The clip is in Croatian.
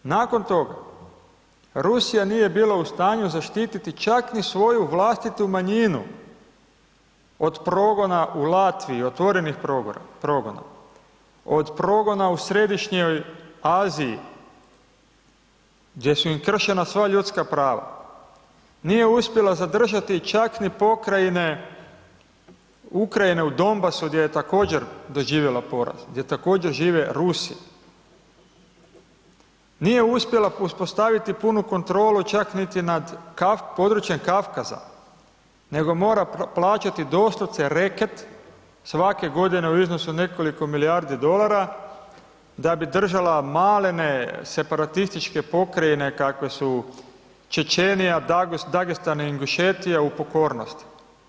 Nakon toga, Rusija nije bila u stanju zaštiti čak ni svoju vlastitu manjinu od progona u Latviji, otvorenih progona, od progona u Središnjoj Aziji gdje su im kršena sva ljudska prava, nije uspjela zadržati čak ni pokrajine Ukrajine u Dom basu gdje je također doživjela poraz, gdje također žive Rusi, nije uspjela uspostaviti punu kontrolu čak niti nad područjem Kavkaza, nego mora plaćati doslovce reket svake godine u iznosu od nekoliko milijardi dolara da bi držala malene separatističke pokrajine kakve su Čečenija, Dagestan i Ingušetija u pokornosti.